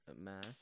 mass